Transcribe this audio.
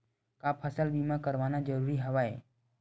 का फसल बीमा करवाना ज़रूरी हवय?